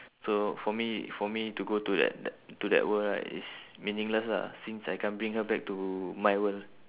so for me for me to go to that that to that world right is meaningless lah since I can't bring her back to my world